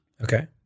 okay